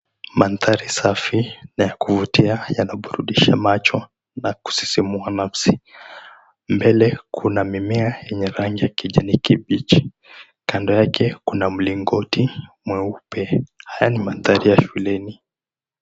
Mandhari safi na ya kuvutia yanaburudisha macho na kusisimua nafsi. Mbele kuna mimea yenye rangi ya kijani kibichi, kando yake kuna mlingoti mweupe. Haya ni mandhari ya shuleni.